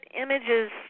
images